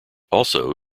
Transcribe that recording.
also